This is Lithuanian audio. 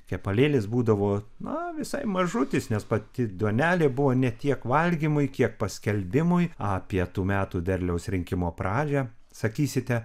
kepalėlis būdavo na visai mažutis nes pati duonelė buvo ne tiek valgymui kiek paskelbimui apie tų metų derliaus rinkimo pradžią sakysite